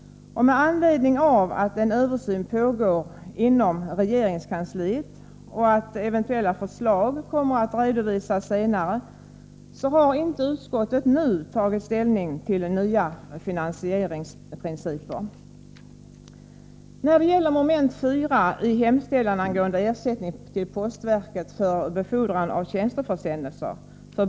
Med anledning av att en översyn pågår inom regeringskansliet och att eventuella förslag kommer att redovisas senare har inte utskottet nu tagit ställning till nya finansieringsprinciper.